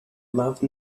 love